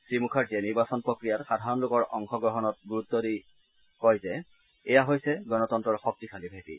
শ্ৰীমুখাৰ্জীয়ে নিৰ্বাচন প্ৰক্ৰিয়াত সাধাৰণ লোকৰ অংশগ্ৰহণৰ গুৰুত্বত জোৰ দি কয় যে এয়া হৈছে গণতম্নৰ শক্তিশালী ভেটি